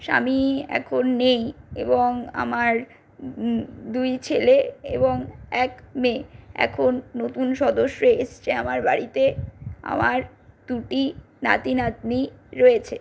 স্বামী এখন নেই এবং আমার দুই ছেলে এবং এক মেয়ে এখন নতুন সদস্য এসেছে আমার বাড়িতে আমার দুটি নাতি নাতনি রয়েছে